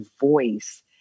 voice